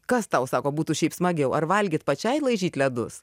kas tau sako būtų šiaip smagiau ar valgyt pačiai laižyt ledus